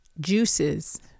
juices